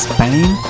Spain